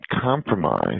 compromise